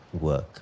work